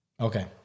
Okay